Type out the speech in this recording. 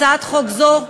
הצעת חוק זו,